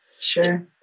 Sure